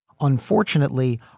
Unfortunately